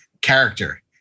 character